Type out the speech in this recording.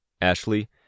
Ashley